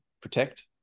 protect